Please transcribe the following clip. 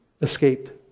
escaped